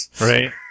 Right